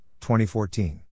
2014